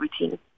routine